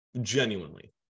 Genuinely